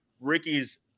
Ricky's